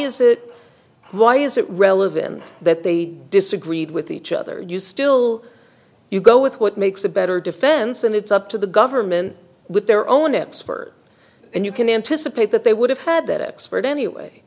it why is it relevant that they disagreed with each other you still you go with what makes a better defense and it's up to the government with their own it spur and you can anticipate that they would have had that expert anyway